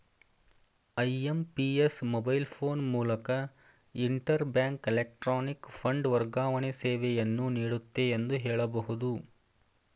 IMPS mobile phone ಮೂಲಕ inter bank electronic fund ವರ್ಗಾವಣೆ ಸೇವೆಯನ್ನು ನೀಡುತ್ತೆ ಎಂದು ಹೇಳಬಹುದು